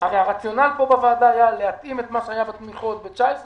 הרי הרציונל בוועדה היה להתאים את מה שהיה בתמיכות ב-2019 ל-2020.